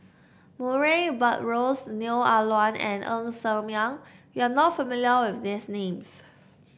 Murray Buttrose Neo Ah Luan and Ng Ser Miang you are not familiar with these names